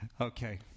okay